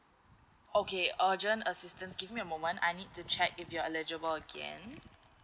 okay urgent assistance give me a moment I need to check if you're eligible again